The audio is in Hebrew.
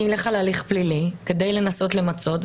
אני אלך על הליך פלילי כדי לנסות למצות,